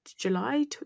July